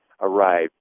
arrived